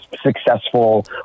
successful